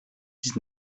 dix